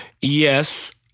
Yes